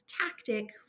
tactic